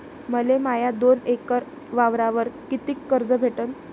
मले माया दोन एकर वावरावर कितीक कर्ज भेटन?